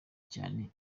cyane